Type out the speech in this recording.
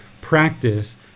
practice